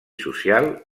social